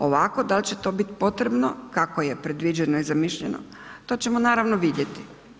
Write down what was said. Ovako da li će to biti potrebno, kako je predviđeno i zamišljeno, to ćemo, naravno vidjeti.